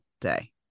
day